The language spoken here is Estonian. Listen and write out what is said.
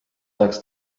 ajaks